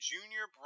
Junior